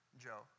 Joe